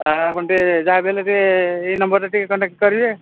sir ଆପଣ ଟିକେ ଯାହା ବି ହେଲେ ଟିକେ ଏଇ ନମ୍ବରଟା ଟିକେ କଣ୍ଟାକ୍ଟ କରିବେ